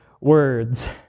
words